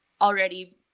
already